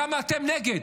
למה אתם נגד?